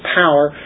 power